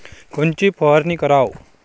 कोनची फवारणी कराव?